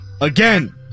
again